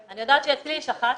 אני יודעת שאצלי יש אחת.